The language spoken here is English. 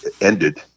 ended